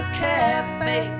cafe